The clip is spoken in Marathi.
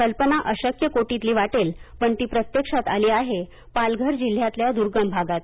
कल्पना अशक्य कोटीतली वाटेल पण ती प्रत्यक्षात आली आहे पालघर जिल्ह्यातल्या दुर्गम भागात